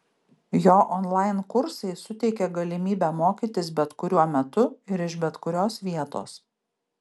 jo onlain kursai suteikė galimybę mokytis bet kuriuo metu ir iš bet kurios vietos